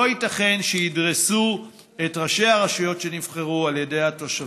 לא ייתכן שידרסו את ראשי הרשויות שנבחרו על ידי התושבים.